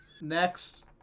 next